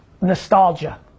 nostalgia